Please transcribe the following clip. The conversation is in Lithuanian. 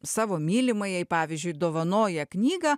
savo mylimajai pavyzdžiui dovanoja knygą